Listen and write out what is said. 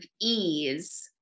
ease